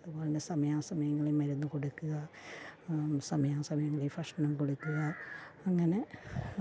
അതുപോലെ സമയാസമയങ്ങളിൽ മരുന്നു കൊടുക്കുക സമയാസമയങ്ങളിൽ ഭക്ഷണം കൊടുക്കുക അങ്ങനെ